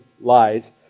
lies